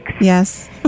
Yes